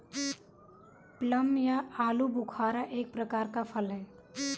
plum या आलूबुखारा एक प्रकार का फल है